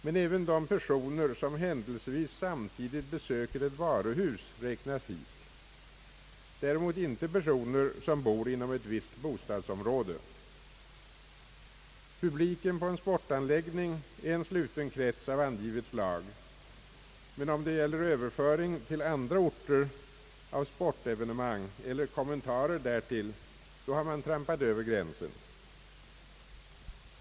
Men även de personer, som händelsevis samtidigt besöker ett varuhus räknas hit — däremot ej personer som bor inom ett visst bostadsområde, Publiken på en sportanläggning är en sluten krets av angivet slag, men om det gäller överföring till andra orter av sportevenemang eller kommentarer därtill, har man trampat över gränsen.